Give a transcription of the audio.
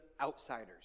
outsiders